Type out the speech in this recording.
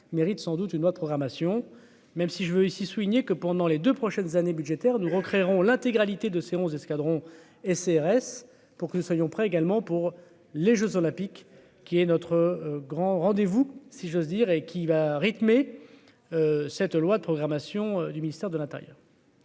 mérite sans doute une loi de programmation, même si je veux ici souligner que pendant les 2 prochaines années budgétaires nous en créerons l'intégralité de c'est onze escadrons et CRS pour que nous soyons prêts également pour les Jeux olympiques qui est notre grand rendez-vous si j'ose dire et qui va rythmer cette loi de programmation du ministère de l'Intérieur.